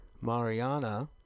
Mariana